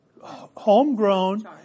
homegrown